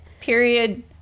period